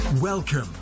Welcome